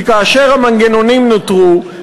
כי כאשר המנגנונים נותרו,